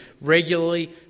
regularly